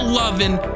loving